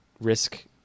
risk